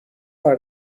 بار